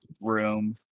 room